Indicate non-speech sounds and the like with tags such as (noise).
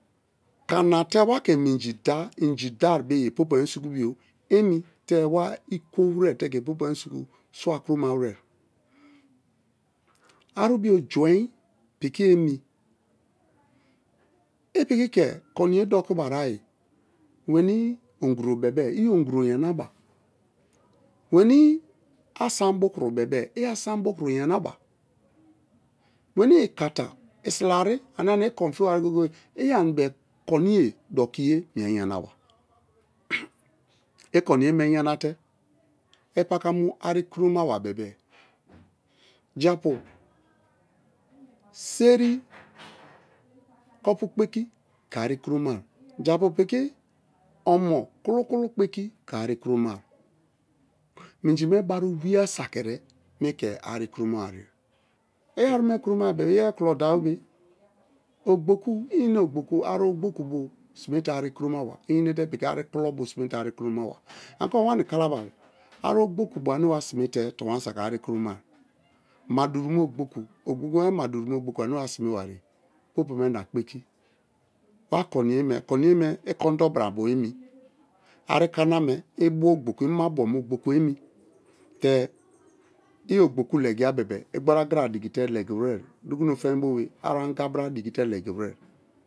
Kana te wake (hesitation) inji daribeye põpõ me sukubio emi te wa ikowere te ke popo me suku swakuromoiwere arubio juin piki emi i piki ke koniye doki bara-ayi weni onguro bebe-e i̱ onguro yanaba, weni asan bukuro bebe-e i̱ asan bukoro yanaba, weni ikata isila ari ania-nia i konfiba ye goye-goye i anibe koniye dokiye mie yanaba, i koniye mie yanate i̱ paka mu ari kromawa bebe-e japu seri kupu kpeki ke ari kuromai, japu piki omo kulu-kulu kpeki ke ari kuromai, minjime bari owe-a sakiere me̱ i̱ ke̱ ari kuroma wari ye, i ari me kuroma bebe-e iyeri kulo-dabobe ogboku oru ogbokubo sime te̱ ari kuromawa i̱ enete pi̱ki̱ ari̱ kulobo simete ari kuromawa anikuma wamini kalabari aru ogbokubo ane wa simete tonwan saki ari kuroma ma̱ duru me̱ ogboku me wa sime wariye põpõ me na kpeki wa koniyeme, koniyeme i kondo brabo bo emi̱ ari kaname i̱ bo̱ ogboku ị ma bo̱ ogboku emi te i̱ ogboku legiye bebe-e i gbori agara di̱ki̱te legiwere dukuno fien bobe̱ aru anga bra dikite legiwere.